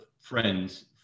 friends